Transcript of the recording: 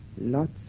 lots